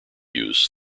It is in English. use